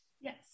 Yes